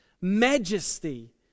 majesty